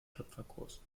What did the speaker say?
töpferkurs